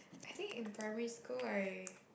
I think in primary school I